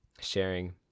sharing